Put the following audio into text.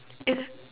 is